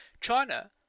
China